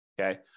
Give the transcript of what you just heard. Okay